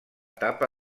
etapa